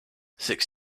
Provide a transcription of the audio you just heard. six